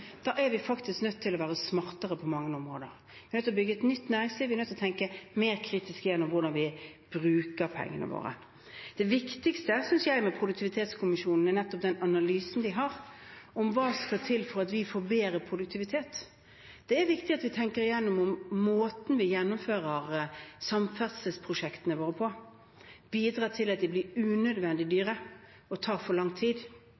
Vi er nødt til å bygge et nytt næringsliv, og vi er nødt til å tenke mer kritisk igjennom hvordan vi bruker pengene våre. Det viktigste med Produktivitetskommisjonen synes jeg er nettopp den analysen de har av hva som skal til for å få bedre produktivitet. Det er viktig at vi tenker igjennom måten vi gjennomfører samferdselsprosjektene våre på – det som bidrar til at de blir unødvendig dyre og tar for lang tid.